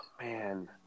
man